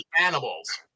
animals